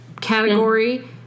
category